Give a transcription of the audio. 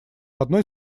одной